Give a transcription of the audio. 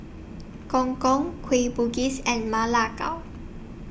Gong Gong Kueh Bugis and Ma Lai Gao